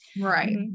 right